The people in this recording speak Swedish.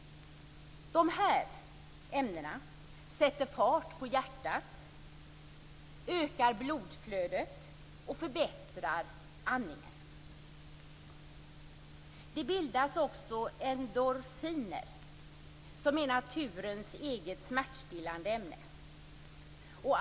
Dessa ämnen sätter fart på hjärtat, ökar blodflödet och förbättrar andningen. Det bildas också endorfiner, som är naturens eget smärtstillande ämne.